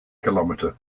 kilometre